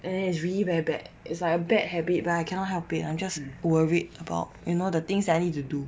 and then is really very bad it's like a bad habit but I cannot help it I'm just worried about you know the things I need to do